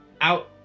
out